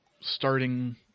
starting